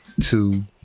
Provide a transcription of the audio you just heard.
two